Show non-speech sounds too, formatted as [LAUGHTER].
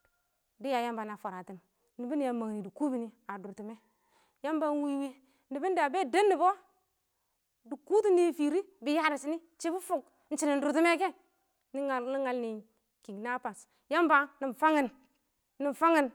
[NOISE] dɪya Yamba na fwaratɪmɪn nɪmbɪnɪ a mangnɪ dɪ kubini a dʊrtɪmɛ, yamba wɪ wɪ nɪbɔn da bɛ deb nɪbɔ, dɪ kʊtʊ nɪfɪrɪ bɪya dɪ shɪnɪ, shɪ bɪ fʊk ɪng shɪnɪn dʊrtɪmɛ kɛ, nɪ ngal nɪ kidnappers yamba nɪ fangɪn, nɪ fangɪn.